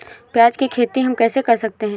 प्याज की खेती हम कैसे कर सकते हैं?